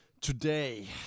Today